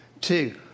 two